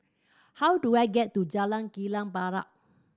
how do I get to Jalan Kilang Barat